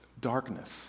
Darkness